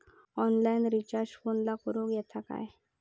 Online recharge फोनला करूक येता काय?